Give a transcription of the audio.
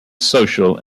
social